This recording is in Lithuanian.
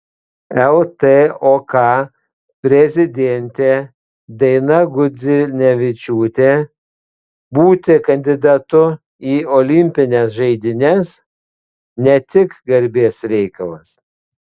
ltok prezidentė daina gudzinevičiūtė būti kandidatu į olimpines žaidynes ne tik garbės reikalas